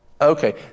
okay